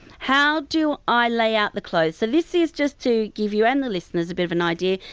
how do i lay out the clothes? so, this is just to give you and the listeners a bit of an idea,